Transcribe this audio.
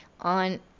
on